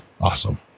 Awesome